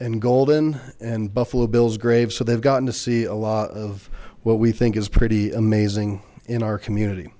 and golden and buffalo bills graves so they've gotten to see a lot of what we think is pretty amazing in our community